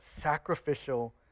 sacrificial